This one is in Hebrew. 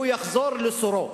הוא יחזור לסורו.